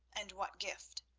and what gift?